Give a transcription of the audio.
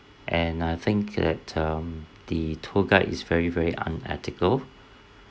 and I think that um the tour guide is very very unethical